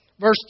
Verse